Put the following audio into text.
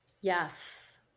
yes